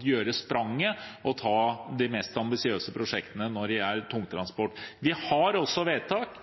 gjøre spranget og sette i gang de mest ambisiøse prosjektene når det gjelder tungtransport. Vi har også vedtak